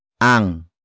Ang